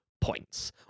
points